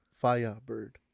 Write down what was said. Firebird